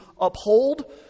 uphold